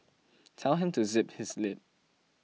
tell him to zip his lip